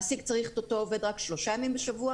מעסיק צריך את אותו עובד רק שלושה ימים בשבוע,